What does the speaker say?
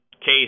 case